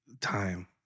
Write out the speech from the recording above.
Time